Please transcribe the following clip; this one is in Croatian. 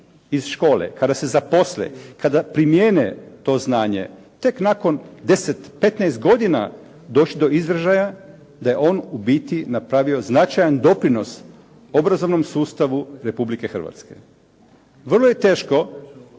iz škole, kada se zaposle, kada primjene to znanje, tek nakon 10, 15 godina doći do izražaja da je on u biti napravio značajan doprinos obrazovnom sustavu Republike Hrvatske. Vrlo je teško